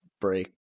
break